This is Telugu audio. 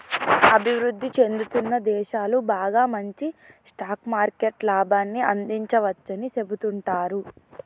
అభివృద్ధి చెందుతున్న దేశాలు బాగా మంచి స్టాక్ మార్కెట్ లాభాన్ని అందించవచ్చని సెబుతుంటారు